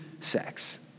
sex